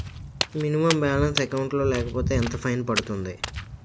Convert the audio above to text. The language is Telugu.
మినిమం బాలన్స్ అకౌంట్ లో లేకపోతే ఎంత ఫైన్ పడుతుంది?